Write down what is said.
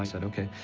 said okay,